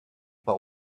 but